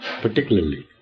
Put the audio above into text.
particularly